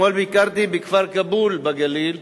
אתמול ביקרתי בכפר כאבול בגליל,